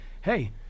hey